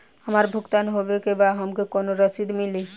हमार भुगतान होबे के बाद हमके कौनो रसीद मिली?